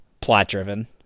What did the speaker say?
plot-driven